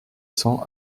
cents